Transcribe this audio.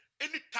Anytime